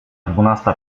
dwunasta